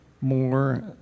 more